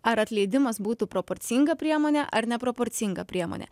ar atleidimas būtų proporcinga priemonė ar neproporcinga priemonė